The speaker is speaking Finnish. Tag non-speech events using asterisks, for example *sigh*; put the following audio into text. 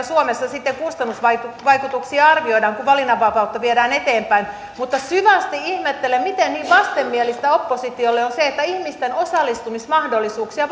*unintelligible* suomessa kustannusvaikutuksia sitten arvioidaan kun valinnanvapautta viedään eteenpäin mutta syvästi ihmettelen miten niin vastenmielistä oppositiolle on se että ihmisten osallistumismahdollisuuksia *unintelligible*